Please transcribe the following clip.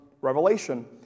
Revelation